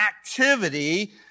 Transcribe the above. activity